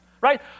right